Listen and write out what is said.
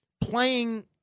playing